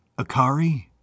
Akari